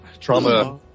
trauma